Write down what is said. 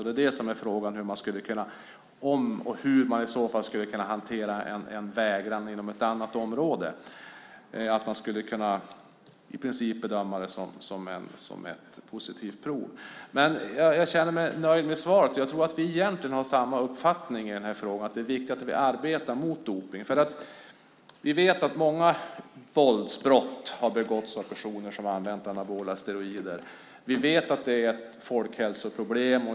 Det är det som är frågan, om och hur man i så fall skulle kunna hantera en vägran inom ett annat område, att man i princip skulle kunna bedöma det som ett positivt prov. Jag känner mig nöjd med svaret. Jag tror att vi egentligen har samma uppfattning i den här frågan, att det är viktigt att vi arbetar mot dopning. Vi vet att många våldsbrott har begåtts av personer som använt anabola steroider. Vi vet att det är ett folkhälsoproblem.